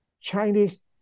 Chinese